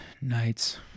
nights